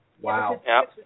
Wow